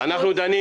אנחנו דנים